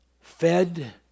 fed